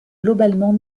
globalement